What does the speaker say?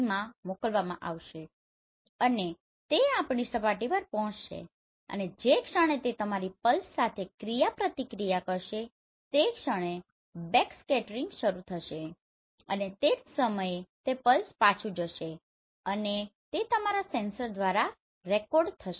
માં મોકલવામાં આવશે અને તે આપણી સપાટી પર પહોંચશે અને જે ક્ષણે તે તમારી પલ્સ સાથે ક્રિયા પ્રતિક્રિયા કરશે તે ક્ષણે બેકસ્કેટરિંગ શરૂ થશે અને તે જ સમયે તે પલ્સ પાછું જશે અને તે તમારા સેન્સર દ્વારા રેકોર્ડ થશે